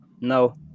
No